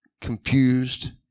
confused